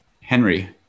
Henry